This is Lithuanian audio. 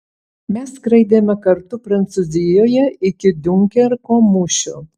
mes skraidėme kartu prancūzijoje iki diunkerko mūšio